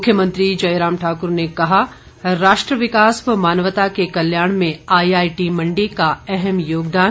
मुख्यमंत्री जयराम ठाकुर ने कहा राष्ट्र विकास व मानवता के कल्याण में आईआईटी मंडी का अहम योगदान